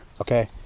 Okay